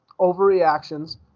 overreactions